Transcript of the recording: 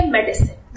Medicine